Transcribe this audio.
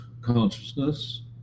consciousness